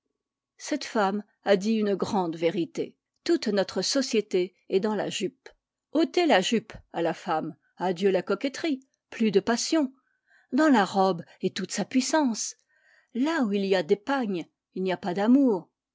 cette femme a dit une grande vérité toute notre société est dans la jupe otez la jupe à la femme adieu la coquetterie plus de passions dans la robe est toute sa puissance là où il y a des pagnes il n'y a pas d'amour